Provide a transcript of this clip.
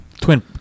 Twin